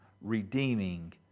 Redeeming